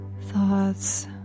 thoughts